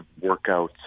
workouts